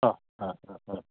ആ ആ ആ ആ